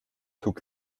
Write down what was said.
took